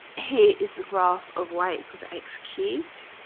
here is the graph of y equals x cubed?